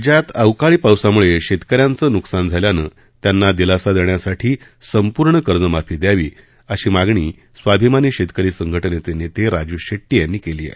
राज्यात अवकाळी पावसामुळे शेतकऱ्यांचं नुकसान झाल्यानं त्यांना दिलासा देण्यासाठी संपूर्ण कर्जमाफी दयावी अशी मागणी स्वाभिमानी शेतकरी संघटनेचे नेते राजू शेटटी यांनी केली आहे